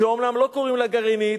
שאומנם לא קוראים לה גרעינית,